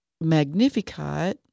Magnificat